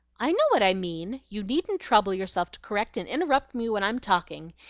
i know what i mean you needn't trouble yourself to correct and interrupt me when i'm talking,